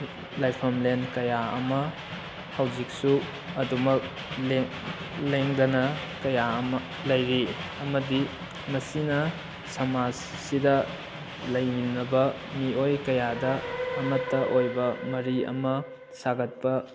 ꯂꯥꯏꯐꯝꯂꯦꯟ ꯀꯌꯥ ꯑꯃ ꯍꯧꯖꯤꯛꯁꯨ ꯑꯗꯨꯃꯛ ꯂꯦꯡꯗꯅ ꯀꯌꯥ ꯑꯃ ꯂꯩꯔꯤ ꯑꯃꯗꯤ ꯃꯁꯤꯅ ꯁꯥꯃꯥꯖꯁꯤꯗ ꯂꯩꯃꯤꯟꯅꯕ ꯃꯤꯑꯣꯏ ꯀꯌꯥꯗ ꯑꯃꯠꯇ ꯑꯣꯏꯕ ꯃꯔꯤ ꯑꯃ ꯁꯥꯒꯠꯄ